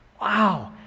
Wow